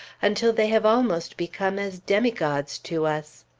until they have almost become as demigods to us.